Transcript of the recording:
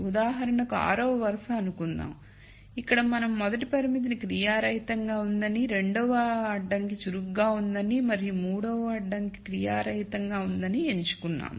ఉదాహరణకు 6 వ వరుస అనుకుందాం ఇక్కడ మనం మొదటి పరిమితి క్రియారహితంగా ఉందని రెండవ అడ్డంకి చురుకుగా ఉందని మరియు మూడవ అడ్డంకి క్రియారహితంగా ఉందని ఎంచుకున్నాము